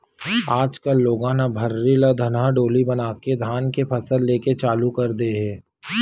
आज कल लोगन ह भर्री ल धनहा डोली बनाके धान के फसल लेके चालू कर दे हे